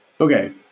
Okay